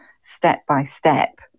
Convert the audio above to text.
step-by-step